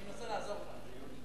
אני מנסה לעזור לך.